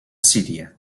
síria